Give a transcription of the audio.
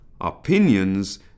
Opinions